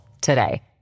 today